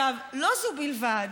לא זו בלבד